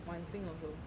wan xing also